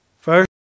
first